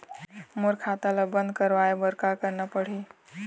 मोर खाता ला बंद करवाए बर का करना पड़ही?